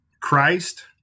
Christ